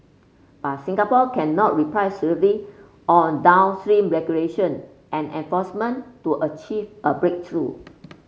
but Singapore cannot reply solely on downstream regulation and enforcement to achieve a breakthrough